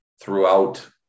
throughout